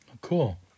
Cool